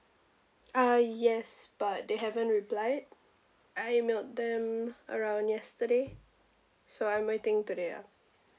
uh yes but they haven't replied I emailed them around yesterday so I'm waiting today ah